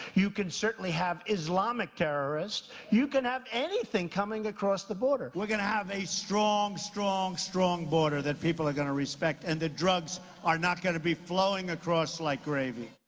you can certainly have islamic terrorists, you can have anything coming across the border. we're gonna have a strong, strong, strong border that people are gonna respect, and the drugs are not gonna be flowing across like gravy.